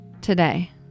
today